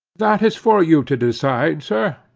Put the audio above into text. that is for you to decide, sir.